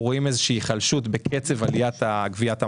איזו שהיא היחלשות בקצב עליית גביית המס.